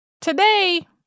Today